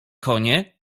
konie